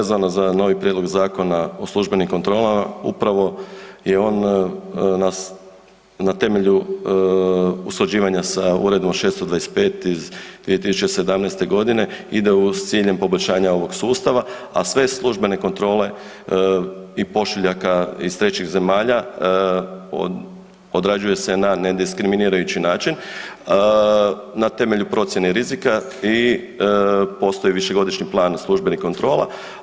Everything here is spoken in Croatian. Vezano za novi prijedlog Zakona o službenim kontrolama upravo je on na temelju usklađivanja sa Uredbom 625 iz 2017. godine ide s ciljem poboljšanja ovog sustava, a sve službene kontrole i pošiljaka iz trećih zemalja odrađuje se na ne diskriminirajući način na temelju procjene rizika i postoji višegodišnji plan službenih kontrola.